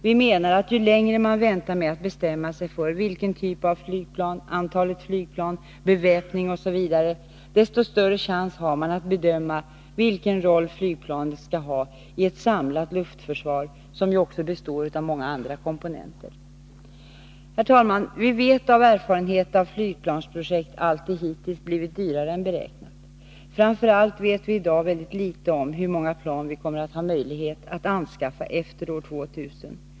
Vi menar att ju längre man väntar med att bestämma sig för typ av flygplan, antalet flygplan, beväpning osv., desto större chans har man att bedöma vilken roll flygplanen skall ha i ett samlat luftförsvar, som ju också består av många andra komponenter. Herr talman! Vi vet av erfarenhet att flygplansprojekt alltid hittills blivit dyrare än beräknat. Framför allt vet vi i dag mycket litet om hur många plan vi kommer att ha möjlighet att anskaffa efter år 2000.